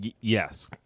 Yes